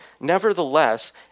Nevertheless